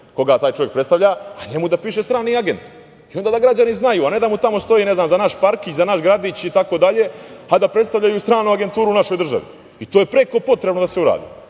koga taj čovek predstavlja, a njemu da piše strani agent i onda da građani znaju, a ne da mu tamo stoji, ne znam, za naš parkić, za naš gradić, a da predstavljaju stranu agenturu u našoj državi. To je preko potrebno da se uradi. Ovo